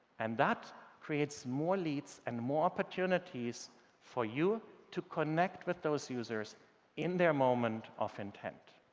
and that creates more leads and more opportunities for you to connect with those users in their moment of intent.